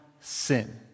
sin